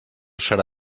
serà